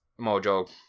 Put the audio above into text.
Mojo